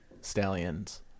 stallions